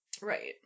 Right